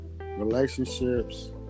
relationships